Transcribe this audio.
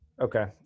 Okay